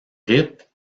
rite